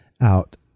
out